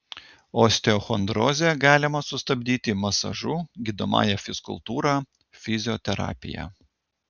osteochondrozę galima sustabdyti masažu gydomąja fizkultūra fizioterapija